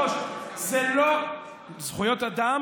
אדוני היושב-ראש, זכויות אדם